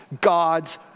God's